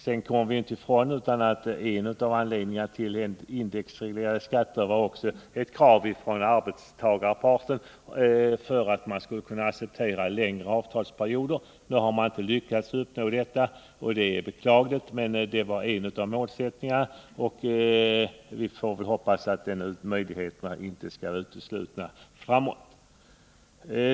Vi kommer inte ifrån att en av anledningarna till indexregleringen av skatteskalorna var att arbetsmarknadens parter krävde en sådan för att man skulle kunna åstadkomma längre avtalsperioder. Nu har man inte lyckats uppnå det, vilket är beklagligt. Det var emellertid en av målsättningarna, och vi får hoppas att längre avtalsperioder inte skall vara uteslutna längre fram.